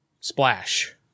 splash